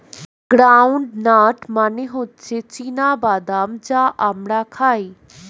ground nut মানে হচ্ছে চীনা বাদাম যা আমরা খাই